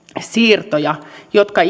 siirtoja jotka